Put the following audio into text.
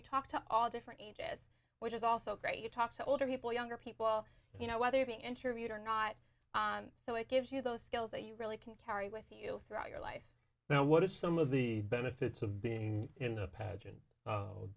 you talk to all different ages which is also great you talk to older people younger people you know whether you're being interviewed or not so it gives you those skills that you really can carry with you throughout your life now what are some of the benefits of being in the pageant